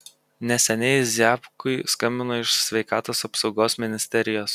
neseniai ziabkui skambino iš sveikatos apsaugos ministerijos